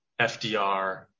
FDR